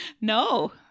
no